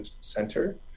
Center